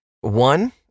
One